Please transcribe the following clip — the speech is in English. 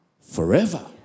forever